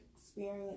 experience